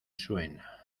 suena